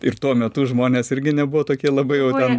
ir tuo metu žmonės irgi nebuvo tokie labai jau ten